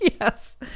yes